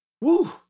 woo